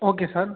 okay sir